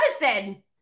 Medicine